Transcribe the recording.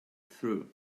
through